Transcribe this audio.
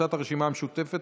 קבוצת סיעת הרשימה המשותפת